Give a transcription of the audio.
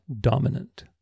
dominant